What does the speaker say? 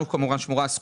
לנו שמורה הזכות,